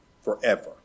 forever